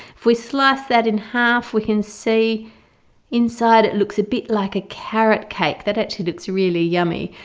if we slice that in half we can see inside it looks a bit like a carrot cake that actually looks really yummy.